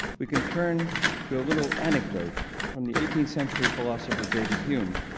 we can turn to a little anecdote from the eighteenth century philosopher david hume,